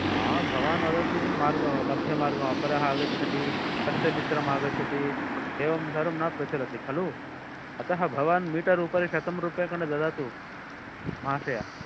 भवान् वदति मार्गं मध्य मार्गं अपरः आगच्छति तस्य मित्रम् आगच्छति एवं न प्रचलति खलु अतः भवान् मिटर् उपरि शतंरूप्यकाणि ददातु महाशया